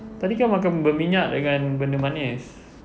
tadi kan makan berminyak dengan benda manis